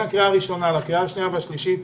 הקריאה הראשונה לקריאה השנייה והשלישית.